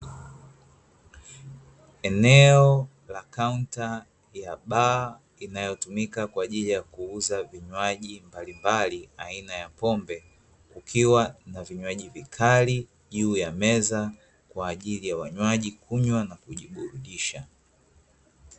Eneo la Kaunta ya baa, inayotumika kwa ajili ya kuuza vinywaji mbalimbali aina ya pombe, kukiwa na vinywaji vikali juu ya meza kwa ajili ya wanywaji kunywa na kujiburudisha.